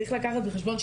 צריך לקחת בחשבון,